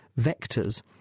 vectors